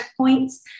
checkpoints